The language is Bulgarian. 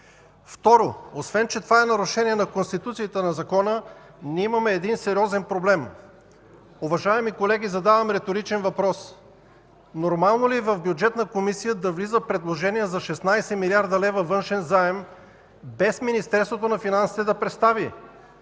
Второ, освен че това е нарушение на Конституцията и на закона, ние имаме един сериозен проблем. Уважаеми колеги, задавам риторичен въпрос: нормално ли е в Бюджетна комисия да влиза предложение за 16 млрд. лв. външен заем, без Министерството на финансите да представи